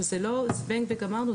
שזה לא זבנג וגמרנו.